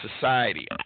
society